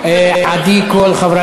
הצעת חוק הבנקאות (שירות ללקוח)